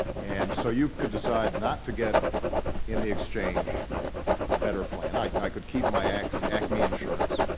and so you could decide not to get in the exchange the better plan like i could keep my acme acme insurance,